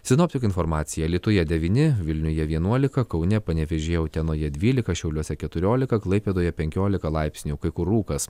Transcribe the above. sinoptikų informacija alytuje devyni vilniuje vienuolika kaune panevėžyje utenoje dvylika šiauliuose keturiolika klaipėdoje penkiolika laipsnių kai kur rūkas